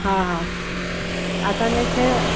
हाहा असांजे खे